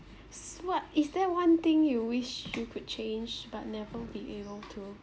s~ so what is that one thing you wish you could change but never be able to